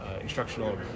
instructional